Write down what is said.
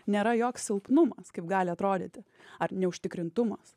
nėra joks silpnumas kaip gali atrodyti ar neužtikrintumas